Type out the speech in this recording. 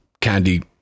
candy